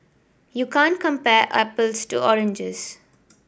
you can't compare apples to oranges